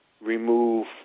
remove